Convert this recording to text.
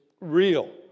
real